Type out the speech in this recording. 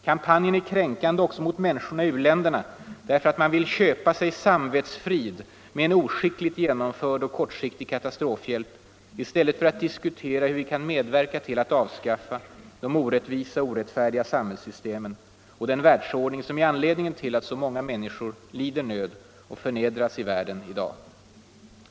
Kampanjen är kränkande också mot människorna i u-länderna därför att man vill köpa sig samvetsfrid med en oskickligt genomförd och kortsiktig katastrofhjälp i stället för att diskutera hur vi kan medverka till att avskaffa de orättvisor och orättfärdiga samhällssystem och den världsordning som är anledningen till att så många människor lider nöd och förnedras i världen i dag.